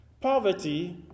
Poverty